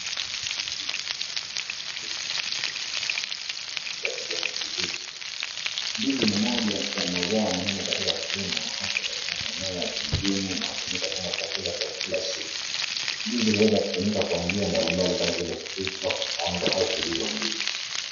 .....ya kichani kibichi. Ndizi ni moja ya mazao muhimu katika kilimo haswa katika maeneo ya kijijini na utumika kama chakula cha kila siku. Ndizi uweza kutumika kwa njia mbali mbali kama vile kupikwa, kukaangwa au kukuliwa mbichi.